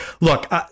Look